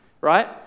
right